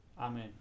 Amen